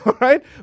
right